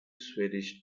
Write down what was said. swedish